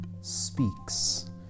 speaks